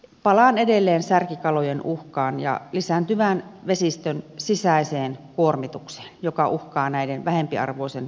palaan edelleen särkikalojen uhkaan ja lisääntyvään vesistön sisäiseen kuormitukseen joka uhkaa vähempiarvoisen kalakannan kautta